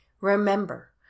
Remember